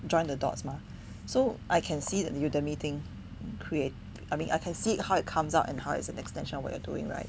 join the dots mah so I can see that Udemy thing create I mean I can see how it comes out and how is an extension of what you were doing right